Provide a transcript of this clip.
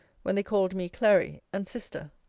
when they called me clary, and sister.